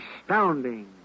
Astounding